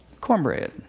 cornbread